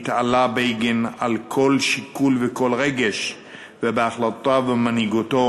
התעלה בגין על כל שיקול וכל רגש ובהחלטותיו ובמנהיגותו